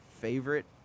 favorite